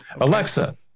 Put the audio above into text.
Alexa